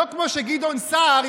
לא כמו שגדעון סער,